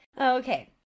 Okay